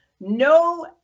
No